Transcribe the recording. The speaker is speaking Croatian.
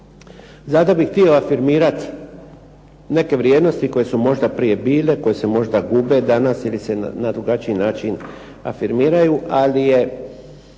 Zato bih htio afirmirati neke vrijednosti koje su možda prije bile, koje se gube danas jer se na drugačiji način afirmiraju, ali je